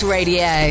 Radio